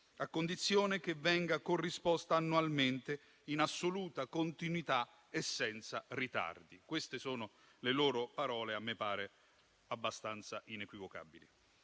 a condizione che venga corrisposta annualmente, in assoluta continuità e senza ritardi. Queste sono le loro parole, a me pare abbastanza inequivocabili.